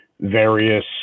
various